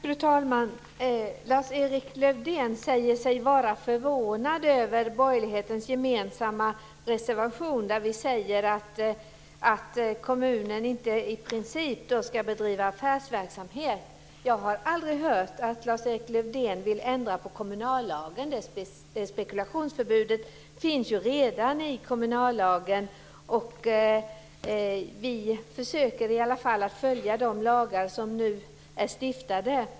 Fru talman! Lars-Erik Lövdén säger sig vara förvånad över borgerlighetens gemensamma reservation, där vi säger att kommunen i princip inte ska bedriva affärsverksamhet. Jag har aldrig hört att Lars-Erik Lövdén vill ändra på kommunallagen. Det spekulationsförbudet finns ju redan i kommunallagen, och vi försöker i alla fall att följa de lagar som är stiftade.